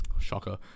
shocker